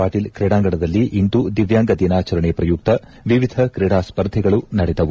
ಪಾಟೀಲ್ ಕ್ರೀಡಾಂಗಣದಲ್ಲಿ ಇಂದು ದಿವ್ಕಾಂಗ ದಿನಾಚರಣೆ ಪ್ರಯುಕ್ತ ವಿವಿಧ ಕ್ರೀಡಾಸ್ಪರ್ಧೆಗಳು ನಡೆದವು